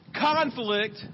conflict